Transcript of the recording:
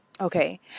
Okay